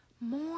More